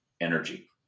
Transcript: energy